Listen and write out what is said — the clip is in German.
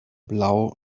blau